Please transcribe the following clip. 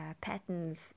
patterns